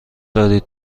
دارید